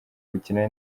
gukina